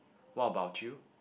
what about you